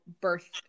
birth